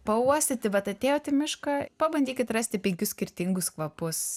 pauostyti vat atėjot į mišką pabandykit rasti penkis skirtingus kvapus